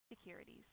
Securities